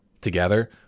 together